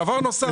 דבר נוסף.